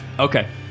Okay